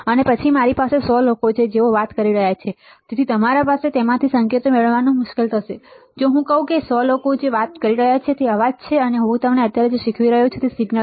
અને પછી મારી આસપાસ 100 લોકો છે જેઓ વાત કરી રહ્યા છે તેથી તમારા માટે તેમાંથી સંકેતો મેળવવાનું મુશ્કેલ છે જો હું કહું કે 100 લોકો જે વાત કરી રહ્યા છે તે અવાજ છે અને હું તમને અત્યારે જે શીખવી રહ્યો છું તે છે સિગ્નલ